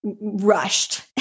Rushed